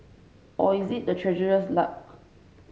or is it the Treasurer's luck